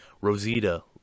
Rosita